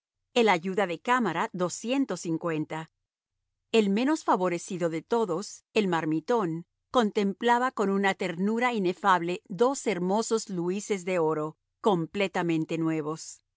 el ayuda de cámara doscientos cincuenta el menos favorecido de todos el marmitón contemplaba con una ternura inefable dos hermosos luises de oro completamente nuevos